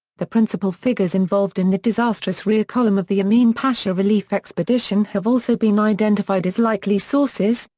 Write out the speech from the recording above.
the principal figures involved in the disastrous rear column of the emin pasha relief expedition have also been identified as likely sources,